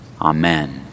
Amen